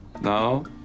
No